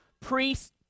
priests